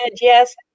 yes